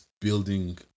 building